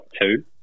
two